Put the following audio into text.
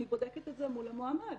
אני בודקת את זה מול המועמד.